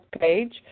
page